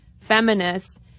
feminist